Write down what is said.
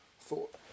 Thought